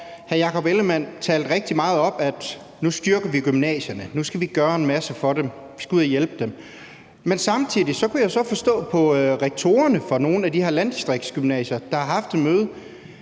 det rigtig meget op og sagde, at vi nu styrker gymnasierne, og at vi nu skal gøre en masse for dem og ud at hjælpe dem. Men samtidig kunne jeg så forstå på rektorerne fra nogle af de her landdistriktsgymnasier, der har haft et